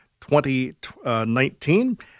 2019